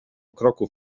kroków